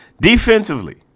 Defensively